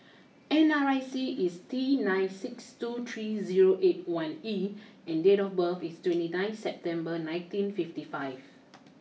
N R I C is T nine six two three zero eight one E and date of birth is twenty September nineteen fifty five